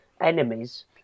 enemies